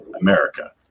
America